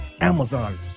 Amazon